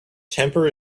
temper